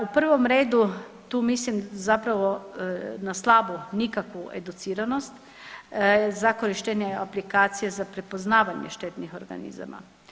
U prvom redu tu mislim zapravo na slabu nikakvu educiranost za korištenje aplikacije za prepoznavanje štetnih organizama.